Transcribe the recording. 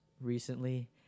recently